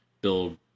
build